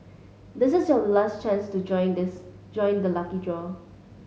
this is your last chance to join this join the lucky draw